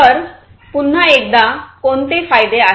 तर पुन्हा एकदा कोणते फायदे आहेत